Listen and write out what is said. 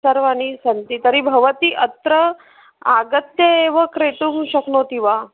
सर्वाणि सन्ति तर्हि भवति अत्र आगत्य एव क्रेतुं शक्नोति वा